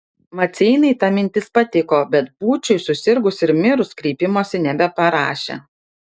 maceinai ta mintis patiko bet būčiui susirgus ir mirus kreipimosi nebeparašė